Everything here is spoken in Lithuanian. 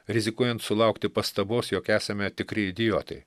rizikuojant sulaukti pastabos jog esame tikri idiotai